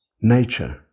nature